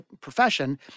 profession